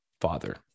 father